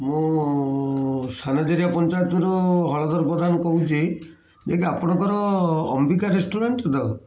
ମୁଁ ସାନଜେରିଆ ପଞ୍ଚାୟତରୁ ହଳଦର ପ୍ରଧାନ କହୁଛି ଯେ କି ଆପଣଙ୍କର ଅମ୍ବିକା ରେଷ୍ଟୁରାଣ୍ଟ ତ